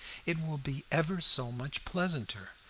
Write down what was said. it will be ever so much pleasanter.